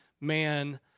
man